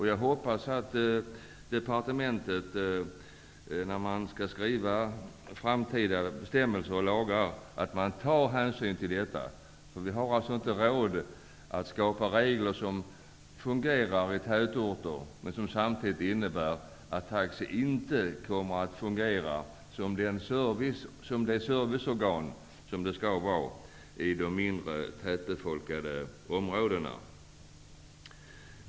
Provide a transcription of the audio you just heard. Jag hoppas att man i departementet, när man skall skriva framtida bestämmelser och lagar, tar hänsyn till detta. Vi har inte råd att skapa regler som fungerar i tätorter men som samtidigt medför att taxinäringen inte kommer att kunna fungera som det serviceorgan som den skall utgöra i de mindre tätbefolkade områdena.